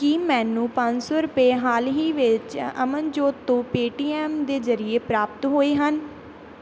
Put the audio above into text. ਕੀ ਮੈਨੂੰ ਪੰਜ ਸੌ ਰੁਪਏ ਹਾਲ ਹੀ ਵਿੱਚ ਅਮਨਜੋਤ ਤੋਂ ਪੇਅਟੀਐੱਮ ਦੇ ਜ਼ਰੀਏ ਪ੍ਰਾਪਤ ਹੋਏ ਹਨ